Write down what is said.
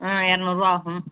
ஆ இருநூறுபா ஆகும்